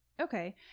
okay